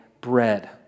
bread